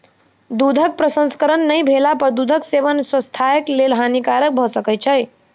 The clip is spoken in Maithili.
दूधक प्रसंस्करण नै भेला पर दूधक सेवन स्वास्थ्यक लेल हानिकारक भ सकै छै